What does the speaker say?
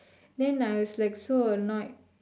then I was like so annoyed